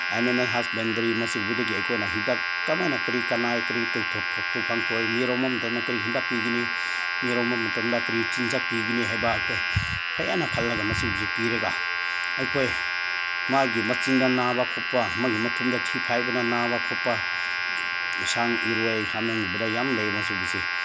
animal ꯍꯁꯕꯦꯟꯗꯔꯤ ꯃꯁꯤꯒꯨꯝꯕꯗꯒꯤ ꯑꯩꯈꯣꯏꯅ ꯍꯤꯗꯥꯛ ꯀꯃꯥꯏꯅ ꯀꯔꯤ ꯀꯅꯥꯏ ꯀꯔꯤ ꯇꯧꯊꯣꯛꯐꯝ ꯊꯣꯛꯏ ꯃꯤꯔꯣꯟꯕꯗꯅ ꯀꯔꯤ ꯍꯤꯗꯥꯛ ꯄꯤꯒꯅꯤ ꯃꯤꯔꯣꯟꯕ ꯃꯇꯝꯗ ꯀꯔꯤ ꯆꯤꯟꯖꯥꯛ ꯄꯤꯒꯅꯤ ꯍꯥꯏꯕ ꯑꯩꯈꯣꯏ ꯐꯖꯅ ꯈꯜꯂꯒ ꯃꯁꯤꯒꯨꯝꯕꯁꯤ ꯄꯤꯔꯒ ꯑꯩꯈꯣꯏ ꯃꯥꯒꯤ ꯃꯆꯤꯟꯗ ꯅꯥꯕ ꯈꯣꯠꯄ ꯃꯥꯒꯤ ꯃꯊꯨꯟꯗ ꯊꯤ ꯐꯥꯏꯕꯗ ꯅꯥꯕ ꯈꯣꯠꯄ ꯁꯟ ꯏꯔꯣꯏ ꯍꯥꯃꯦꯡꯒꯨꯝꯕꯗ ꯌꯥꯝ ꯂꯩ ꯃꯁꯤꯒꯨꯝꯕꯁꯤ